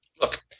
Look